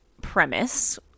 premise